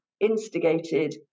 instigated